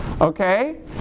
Okay